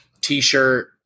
T-shirt